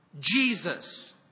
Jesus